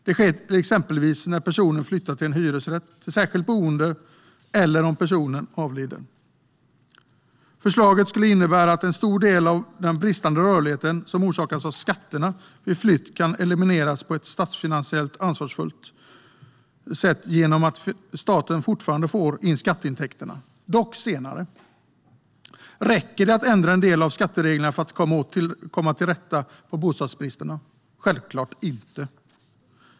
Det sker exempelvis när personen flyttar till en hyresrätt, till särskilt boende eller om personen avlider. Förslaget skulle innebära att en stor del av den bristande rörlighet som orsakas av skatter vid flytt kan elimineras på ett statsfinansiellt ansvarsfullt sätt genom att staten fortfarande får in skatteintäkterna, dock senare. Räcker det att ändra en del skatteregler för att komma till rätta med bostadsbristen? Självklart inte.